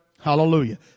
Hallelujah